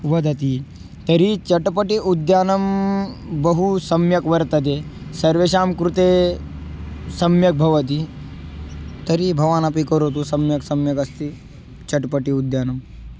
वदति तर्हि चट्पटि उद्यानं बहु सम्यक् वर्तते सर्वेषां कृते सम्यक् भवति तर्हि भवानपि करोतु सम्यक् सम्यक् अस्ति चट्पटि उद्यानम्